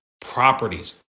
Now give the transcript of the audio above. properties